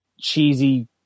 cheesy